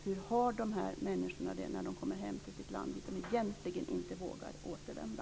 Hur har de här människorna det när de kommer hem till sitt land, dit de egentligen inte vågar återvända?